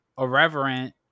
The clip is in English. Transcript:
irreverent